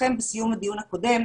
לפנייתכם בסיום הדיון הקודם,